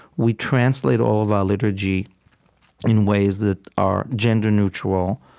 we translate all of our liturgy in ways that are gender neutral,